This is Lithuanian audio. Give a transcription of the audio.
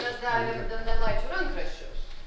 mes darėm donelaičio rankraščius